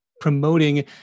promoting